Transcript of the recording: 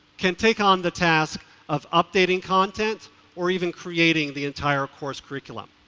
can take on the task of updating content or even creating the entire course curriculum.